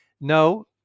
no